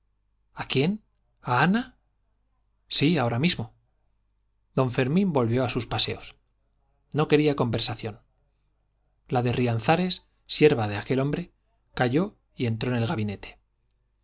a quién a ana sí ahora mismo don fermín volvió a sus paseos no quería conversación la de rianzares sierva de aquel hombre